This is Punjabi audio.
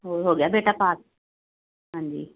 ਹੋਰ ਹੋ ਗਿਆ ਬੇਟਾ ਪਾਸ ਹਾਂਜੀ